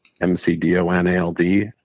M-C-D-O-N-A-L-D